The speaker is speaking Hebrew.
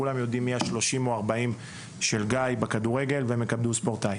כולם יודעים מי ה-40 של גיא בכדורגל והם יקבלו מעמד ספורטאי.